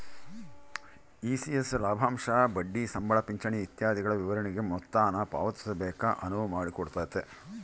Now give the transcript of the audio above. ECS ಲಾಭಾಂಶ ಬಡ್ಡಿ ಸಂಬಳ ಪಿಂಚಣಿ ಇತ್ಯಾದಿಗುಳ ವಿತರಣೆಗೆ ಮೊತ್ತಾನ ಪಾವತಿಸಾಕ ಅನುವು ಮಾಡಿಕೊಡ್ತತೆ